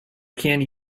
can’t